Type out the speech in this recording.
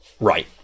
Right